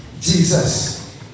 Jesus